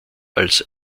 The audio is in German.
als